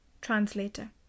Translator